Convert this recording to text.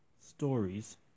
stories